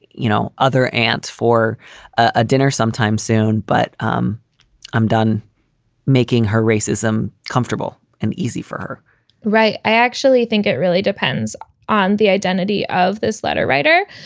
you know, other aunts for a dinner sometime soon. but um i'm done making her racism comfortable and easy for her right. i actually think it really depends on the identity of this letter writer,